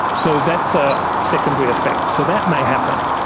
so that's a secondary effect, so that may happen.